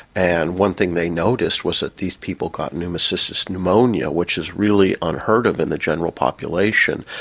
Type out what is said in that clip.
and one thing they noticed was that these people got pneumocystis pneumonia, which is really unheard of in the general population.